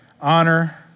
honor